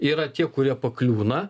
yra tie kurie pakliūna